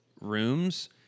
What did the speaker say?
rooms